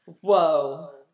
whoa